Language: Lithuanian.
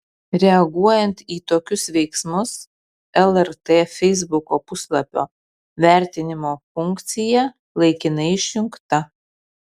reaguojant į tokius veiksmus lrt feisbuko puslapio vertinimo funkcija laikinai išjungta